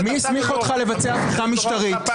אני החזרתי גם אותך, למרות שהוצאתי אותך.